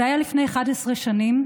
זה היה לפני 11 שנים.